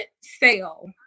sale